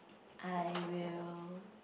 I will